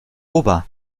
ober